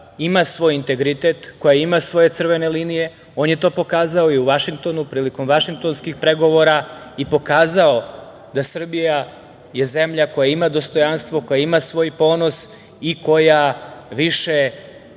ima svoj integritet, koja ima svoje crvene linije. On je to pokazao i u Vašingtonu prilikom vašingtonskih pregovora i pokazao da je Srbija zemlja koja ima dostojanstvo, koja ima svoj ponos i koja više